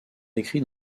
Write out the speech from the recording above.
écrits